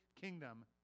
kingdom